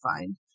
find